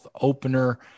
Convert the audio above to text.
opener